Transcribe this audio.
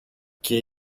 και